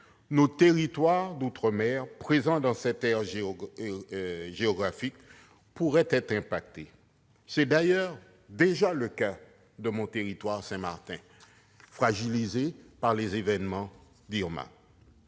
nos territoires d'outre-mer présents dans cette aire géographique pourraient être affectés. C'est d'ailleurs déjà le cas de mon territoire, Saint-Martin, par ailleurs fragilisé par l'ouragan Irma.